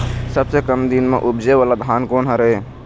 सबसे कम दिन म उपजे वाला धान कोन हर ये?